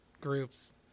groups